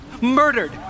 murdered